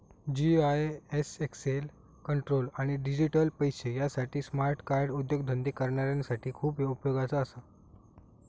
GIS access control आणि डिजिटल पैशे यासाठी स्मार्ट कार्ड उद्योगधंदे करणाऱ्यांसाठी खूप उपयोगाचा असा